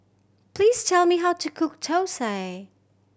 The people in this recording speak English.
please tell me how to cook thosai